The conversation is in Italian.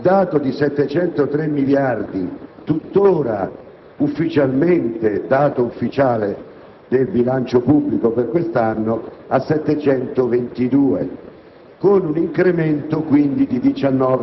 portando il dato di 703 miliardi di euro, tuttora dato ufficiale del bilancio pubblico per quest'anno, a 722 miliardi